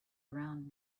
around